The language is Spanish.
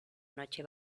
noche